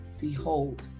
behold